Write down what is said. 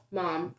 mom